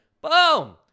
boom